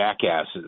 jackasses